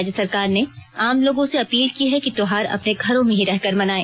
राज्य सरकार ने आम लोगों से अपील की है कि त्योहार अपने घरों में ही रहकर मनाये